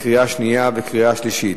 קריאה שנייה וקריאה שלישית.